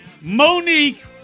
Monique